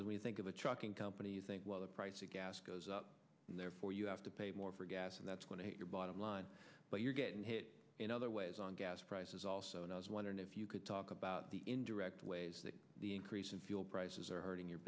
because we think of a trucking company you think well the price of gas goes up and therefore you have to pay more for gas and that's going to hit your bottom line but you're getting hit in other ways on gas prices also and i was wondering if you could talk about the indirect ways that the increase in fuel prices are hurting your